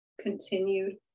continued